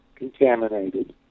contaminated